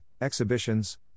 exhibitions